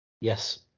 Yes